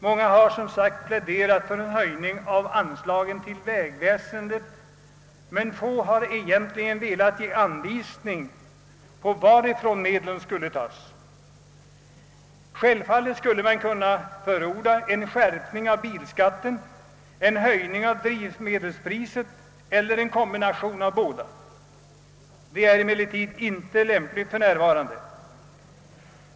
Många har som sagt pläderat för en höjning av anslagen till vägväsendet, men få har egentligen velat ge anvisning om varifrån medlen skulle tagas. Självfallet skulle man kunna förorda en skärpning av bilskatten, en höjning av drivmedelspriset eller en kombination av båda metoderna. Detta är emellertid icke lämpligt för närvarande.